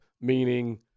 Meaning